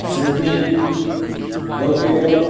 Sydney Tokyo